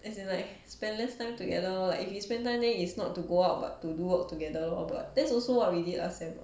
as in like spend less time together lor if you spend time then is not to go out but to do work together lor but that's also what we did last sem